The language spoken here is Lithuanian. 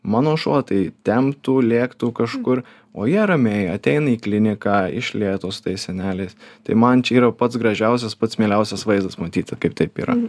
mano šuo tai temptų lėktų kažkur o jie ramiai ateina į kliniką iš lėto su tai seneliais tai man čia yra pats gražiausias pats mieliausias vaizdas matyti kaip taip yra